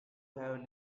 have